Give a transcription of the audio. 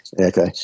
Okay